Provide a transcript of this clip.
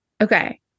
Okay